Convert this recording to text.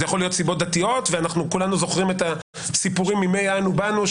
זה יכול להיות סיבות דתיות וכולנו זוכרים את הסיפורים מימי "אנו באנו"